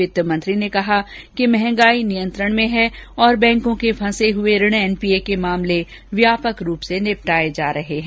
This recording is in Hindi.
वित्तमंत्री ने कहा कि महंगाई नियंत्रण में है और बैंको के फंसे हुए ऋण एनपीए के मामले व्यापक रूप से निपटाए जा रहे हैं